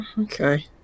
okay